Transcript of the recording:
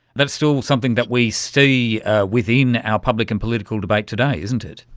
that's still something that we see within our public and political debates today, isn't it.